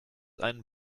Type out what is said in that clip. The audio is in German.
einen